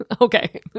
Okay